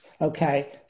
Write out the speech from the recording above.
Okay